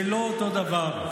זה לא אותו דבר.